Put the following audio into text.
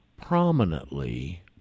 prominently